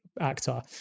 actor